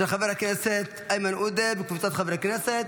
של חבר הכנסת איימן עודה וקבוצת חברי הכנסת.